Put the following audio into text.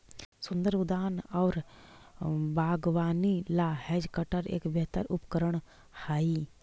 सुन्दर उद्यान और बागवानी ला हैज कटर एक बेहतर उपकरण हाई